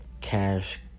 cash